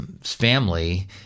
family